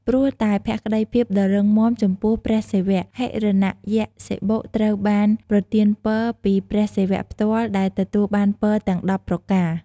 ព្រោះតែភក្តីភាពដ៏រឹងមាំចំពោះព្រះសិវៈ ហិរណយក្សសិបុត្រូវបានប្រទានពរពីព្រះសិវៈផ្ទាល់ដែលទទួលបានពរទាំង១០ប្រការ។